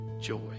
joy